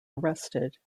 arrested